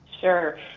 Sure